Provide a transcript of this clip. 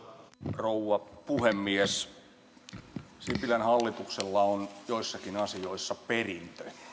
rouva puhemies sipilän hallituksella on joissakin asioissa perintö